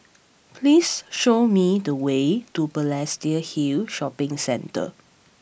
please show me the way to Balestier Hill Shopping Centre